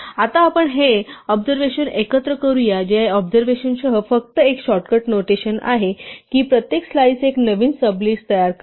आता आपण हे ऑबझर्वेशन एकत्र करूया जे या ऑबझर्वेशनसह फक्त एक शॉर्टकट नोटेशन आहे की प्रत्येक स्लाईस एक नवीन सबलिस्ट तयार करते